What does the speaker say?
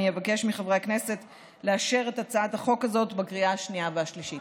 אני אבקש מחברי הכנסת לאשר את הצעת החוק הזאת בקריאה השנייה והשלישית.